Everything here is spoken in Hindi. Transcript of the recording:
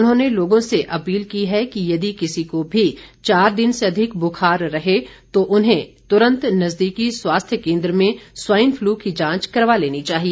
उन्होंने लोगो से अपील की है कि यदि किसी को भी चार दिन से अधिक बुखार रहे तो उन्हे तुरंत नजदीकी स्वास्थ्य केन्द्र में स्वाइन फलू की जांच करवा लेनी चाहिए